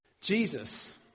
Jesus